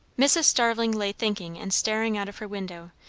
mrs. starling lay thinking and staring out of her window,